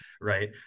right